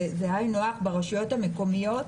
זה היינו הך - ברשויות המקומיות,